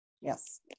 Yes